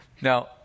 Now